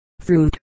fruit